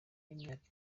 y’imyaka